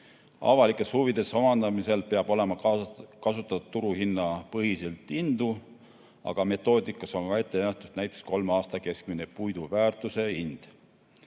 Avalikes huvides omandamisel peab olema kasutatud turuhinnapõhiseid hindu, aga metoodikas on ka ette nähtud näiteks kolme aasta keskmine puidu väärtuse hind.